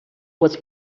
was